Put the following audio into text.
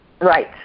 Right